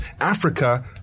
Africa